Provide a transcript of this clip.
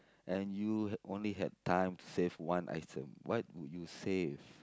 and you only had time to save one item what would you save